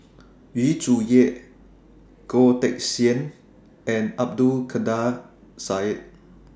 Yu Zhuye Goh Teck Sian and Abdul Kadir Syed